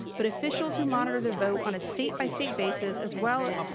but officials who monitor the vote on a state by state basis as well,